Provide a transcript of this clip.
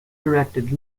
directed